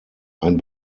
ein